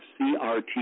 CRT